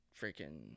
freaking